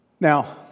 Now